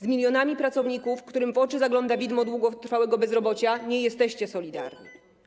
Z milionami pracowników, którym w oczy zagląda widmo długotrwałego bezrobocia, nie jesteście solidarni.